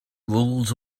rules